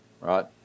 right